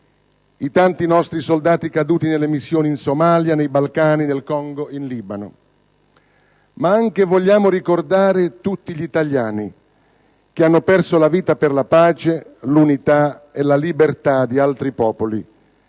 i tanti nostri soldati caduti nelle missioni in Somalia, nei Balcani, nel Congo e in Libano. Vogliamo anche ricordare tutti gli italiani che hanno perso la vita per la pace, l'unità e la libertà di altri popoli